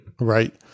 right